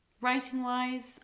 Writing-wise